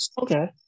okay